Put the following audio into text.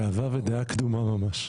גאווה ודעה קדומה ממש.